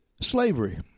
slavery